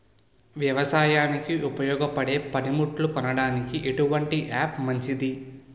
వ్యవసాయానికి ఉపయోగపడే పనిముట్లు కొనడానికి ఎటువంటి యాప్ మంచిది?